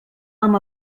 amb